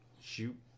shoot